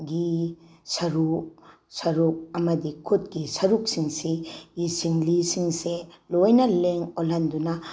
ꯒꯤ ꯁꯔꯨ ꯁꯔꯨꯛ ꯑꯃꯗꯤ ꯈꯨꯠꯀꯤ ꯁꯔꯨꯛꯁꯤꯡꯁꯤꯒꯤ ꯁꯤꯡꯂꯤꯁꯤꯡꯁꯦ ꯂꯣꯏꯅ ꯂꯦꯡ ꯑꯣꯠꯍꯟꯗꯨꯅ